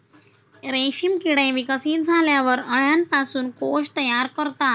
रेशीम किडे विकसित झाल्यावर अळ्यांपासून कोश तयार करतात